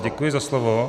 Děkuji za slovo.